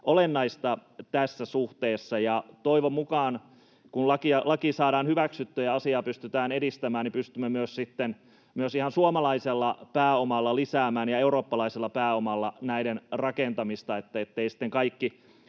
olennaista tässä suhteessa. Toivon mukaan, kun laki saadaan hyväksyttyä ja asiaa pystytään edistämään, pystymme myös ihan suomalaisella pääomalla ja eurooppalaisella pääomalla lisäämään näiden rakentamista, ettei sitten kaikki